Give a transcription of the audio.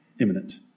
Imminent